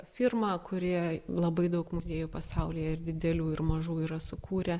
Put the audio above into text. firma kurie labai daug muziejų pasaulyje ir didelių ir mažų yra sukūrę